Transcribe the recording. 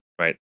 right